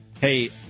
hey